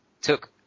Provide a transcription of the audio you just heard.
took